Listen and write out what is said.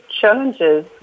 challenges